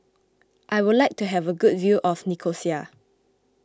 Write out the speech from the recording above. I would like to have a good view of Nicosia